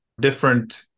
different